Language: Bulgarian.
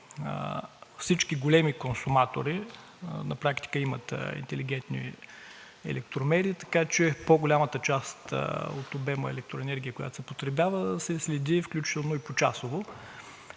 Всички големи консуматори на практика имат интелигентни електромери, така че по-голямата част от обема електроенергия, която се потребява, се следи включително и почасово.